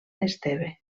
esteve